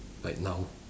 like now